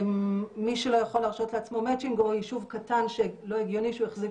ומי שלא יכול להרשות לעצמו מצ'ינג או יישוב קטן שלא הגיוני שהוא יחזיק